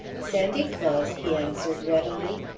sandy claus, he answered readily.